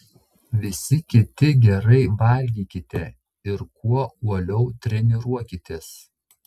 visi kiti gerai valgykite ir kuo uoliau treniruokitės